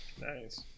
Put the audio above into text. Nice